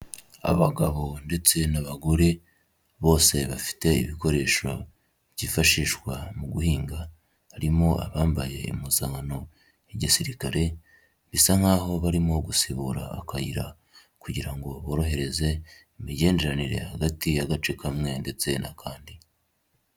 Abagabo ndetse n'abagore bose bafite ibikoresho byifashishwa mu guhinga harimo abambaye impuzankano y'igisirikare bisa nkaho barimo gusibura akayira kugira ngo borohereze imigenderanire hagati y'agace kamwe ndetse n'akandi.